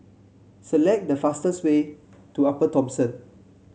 select the fastest way to Upper Thomson